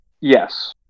Yes